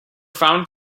found